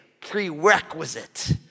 prerequisite